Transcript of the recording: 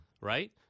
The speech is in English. right